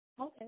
Okay